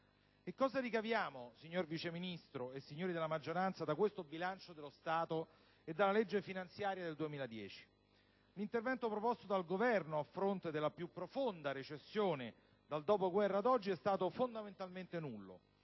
E cosa ricaviamo, signor rappresentante del Governo e signori della maggioranza, da questo bilancio dello Stato e dalla legge finanziaria del 2010? L'intervento proposto dal Governo, a fronte della più profonda recessione dal dopo guerra ad oggi, è stato fondamentalmente nullo.